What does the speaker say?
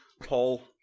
Paul